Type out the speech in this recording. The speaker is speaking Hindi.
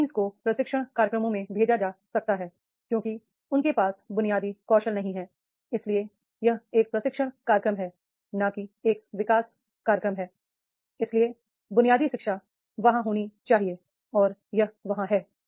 ट्रेनीइज को प्रशिक्षण कार्यक्रमों में भेजा जा सकता है क्योंकि उनके पास बुनियादी कौशल नहीं है इसलिए यह एक प्रशिक्षण कार्यक्रम है ना कि एक विकास कार्यक्रम है इसलिए बुनियादी शिक्षा वहां होनी चाहिए और यह वहां है